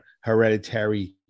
hereditary